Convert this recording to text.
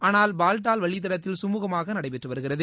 ஆனால் பால்டால் வழித்தடத்தில் சுமூகமாக நடைபெற்று வருகிறது